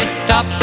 stop